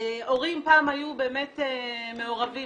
הורים פעם היו באמת מעורבים.